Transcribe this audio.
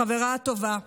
החברה הטובה.